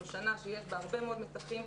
זו שנה שיש בה הרבה מאוד מתחים.